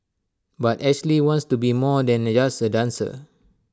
but Ashley wants to be more than just A dancer